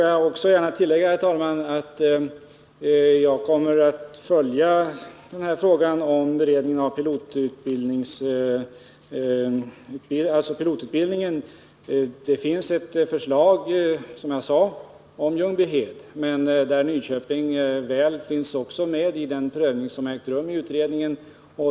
Jag vill gärna tillägga, herr talman, att jag kommer att följa den här frågan om pilotutbildningen. Det finns ett förslag, som jag sade, om Ljungbyhed, men Nyköping har också varit med i den prövning som har ägt rum i utredningen.